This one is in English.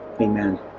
amen